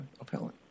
appellant